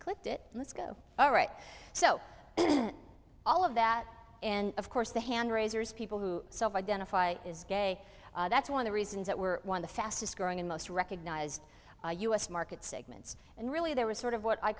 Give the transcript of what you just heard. clip it let's go all right so all of that and of course the hand raisers people who self identify as gay that's one of the reasons that we're one of the fastest growing and most recognized us market segments and really there was sort of what i